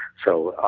so,